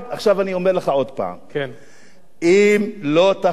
עכשיו אני אומר לך עוד הפעם: אם לא תחזרו,